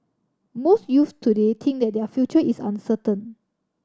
most youths today think that their future is uncertain